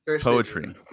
Poetry